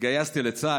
התגייסתי לצה"ל.